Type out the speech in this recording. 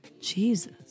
Jesus